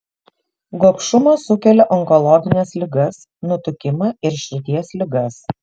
gobšumas sukelia onkologines ligas nutukimą ir širdies ligas